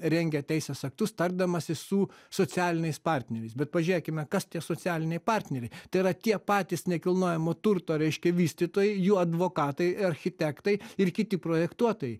rengia teisės aktus tardamasi su socialiniais partneriais bet pažiūrėkime kas tie socialiniai partneriai tai yra tie patys nekilnojamo turto reiškia vystytojai jų advokatai architektai ir kiti projektuotojai